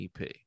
EP